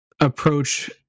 approach